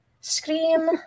scream